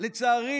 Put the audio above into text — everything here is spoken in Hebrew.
לצערי